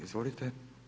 Izvolite.